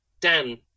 Dan